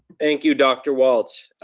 thank you, dr. walts.